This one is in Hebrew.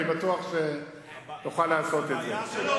אני בטוח שתוכל לעשות את זה.